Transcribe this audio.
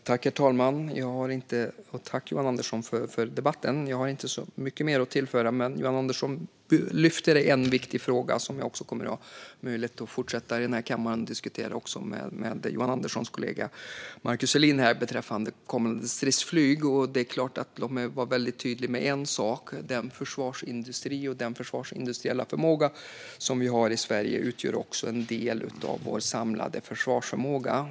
Herr talman! Tack för debatten, Johan Andersson! Jag har inte så mycket mer att tillföra, men Johan Andersson lyfter en viktig fråga som jag också snart kommer att ha möjlighet att diskutera med Johan Anderssons kollega Markus Selin i denna kammare, nämligen kommande stridsflyg. Låt mig vara väldigt tydlig med en sak: Den försvarsindustri och den försvarsindustriella förmåga vi har i Sverige utgör också en del av vår samlade försvarsförmåga.